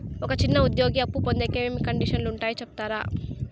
ఒక చిన్న ఉద్యోగి అప్పు పొందేకి ఏమేమి కండిషన్లు ఉంటాయో సెప్తారా?